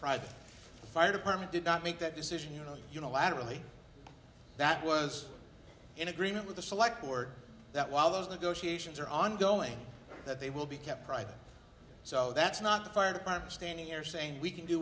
private fire department did not make that decision you know unilaterally that was in agreement with the select board that while those negotiations are ongoing that they will be kept private so that's not the fire department standing here saying we can do